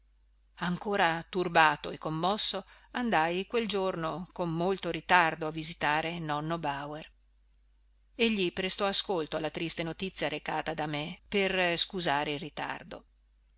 ancora turbato e commosso andai quel giorno con molto ritardo a visitare nonno bauer egli prestò ascolto alla triste notizia recata da me per scusare il ritardo